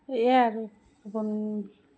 এয়া আৰু ব